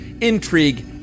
intrigue